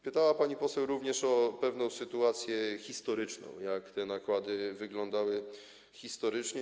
Pytała pani poseł również o pewną sytuację historyczną, jak te nakłady wyglądały historycznie.